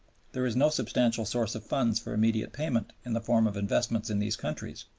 there is no substantial source of funds for immediate payment in the form of investments in these countries.